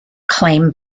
claimed